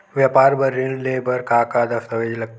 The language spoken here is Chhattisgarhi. व्यापार बर ऋण ले बर का का दस्तावेज लगथे?